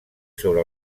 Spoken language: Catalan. sobre